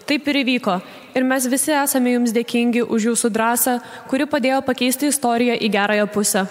taip ir įvyko ir mes visi esame jums dėkingi už jūsų drąsą kuri padėjo pakeisti istoriją į gerąją pusę